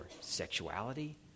sexuality